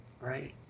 Right